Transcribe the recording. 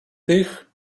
тих